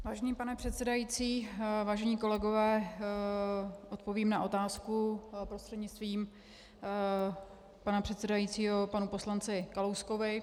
Vážený pane předsedající, vážení kolegové, odpovím na otázku prostřednictvím pana předsedajícího panu poslanci Kalouskovi.